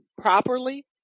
properly